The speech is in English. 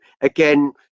Again